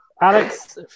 Alex